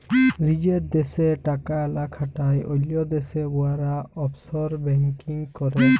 লিজের দ্যাশে টাকা লা খাটায় অল্য দ্যাশে উয়ারা অফশর ব্যাংকিং ক্যরে